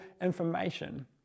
information